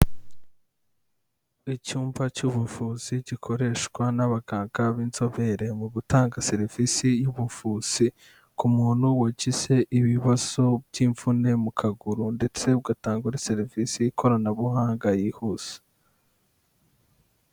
Icyumba cy'ubuvuzi gikoreshwa n'abaganga b'inzobere mu gutanga serivisi y'ubuvuzi ku muntu wagize ibibazo by'imvune mu kaguru ndetse ugatanga serivisi y'ikoranabuhanga yihuse.